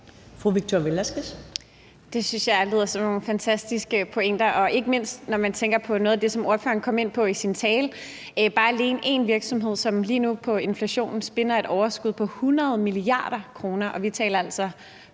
nogle fantastiske pointer og ikke mindst, når man tænker på noget af det, som ordføreren kom ind på i sin tale. Når alene én virksomhed lige nu på inflationen spinder et overskud på 100 mia. kr.